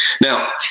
Now